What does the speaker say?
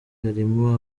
harimo